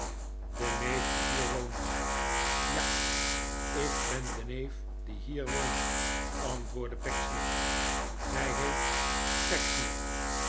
de neef die hier woont ja ik ben de neef die hier woont antwoordde pecksniff gij heet